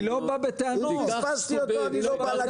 אם פספסתי אותו אני לא בא לכנסת.